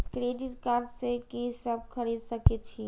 Credit card से की सब खरीद सकें छी?